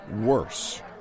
worse